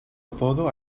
apodo